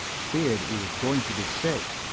feared he was going to be sick.